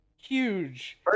Huge